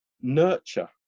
nurture